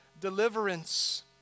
deliverance